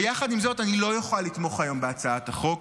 ויחד עם זאת, אני לא אוכל לתמוך היום בהצעת החוק,